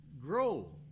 grow